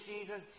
Jesus